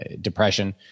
depression